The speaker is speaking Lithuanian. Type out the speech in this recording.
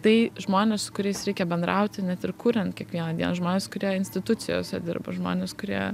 tai žmonės su kuriais reikia bendrauti net ir kuriant kiekvieną dieną žmonės kurie institucijose dirba žmonės kurie